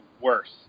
worse